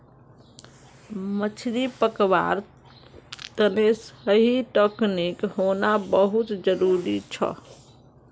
मछली पकड़वार तने सही टेक्नीक होना बहुत जरूरी छ